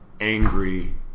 angry